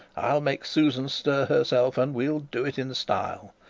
i'll make susan stir herself, and we'll do it in style.